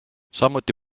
samuti